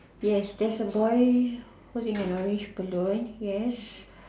yes there's a boy holding an orange balloon yes